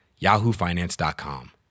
yahoofinance.com